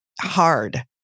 hard